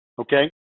okay